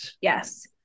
yes